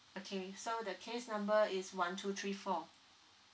okay so the case number is one two three four